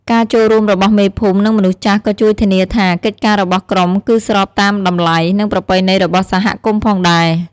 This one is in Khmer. ការចូលរួមរបស់មេភូមិ និងមនុស្សចាស់ក៏ជួយធានាថា កិច្ចការរបស់ក្រុមគឺស្របតាមតម្លៃ និងប្រពៃណីរបស់សហគមន៍ផងដែរ។